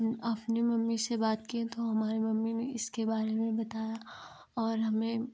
अपनी मम्मी से बात किए तो हमारे मम्मी ने इसके बारे में बताया और हमें